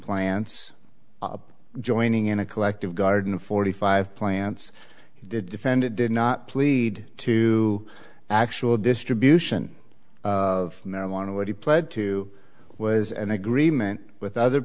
plants joining in a collective garden of forty five plants defend it did not plead to actual distribution of marijuana what he pled to was an agreement with other